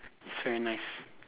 it's very nice